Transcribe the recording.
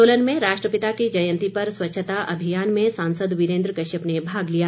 सोलन में राष्ट्रपिता की जयंती पर स्वच्छता अभियान में सांसद वीरेन्द्र कश्यप ने भाग लिया